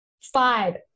five